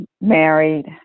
married